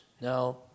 Now